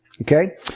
Okay